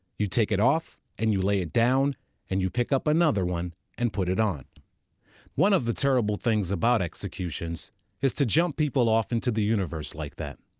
you take it off and you lay it down and you pick up another one and put it on one of the terrible things about executions is to jump people off into the universe like that.